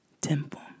temple